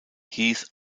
heath